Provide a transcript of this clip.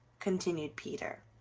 continued peter.